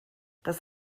das